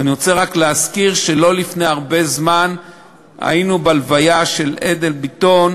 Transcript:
ואני רוצה רק להזכיר שלא לפני הרבה זמן היינו בהלוויה של אדל ביטון,